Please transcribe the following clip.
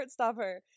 Heartstopper